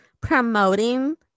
promoting